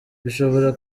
bishobora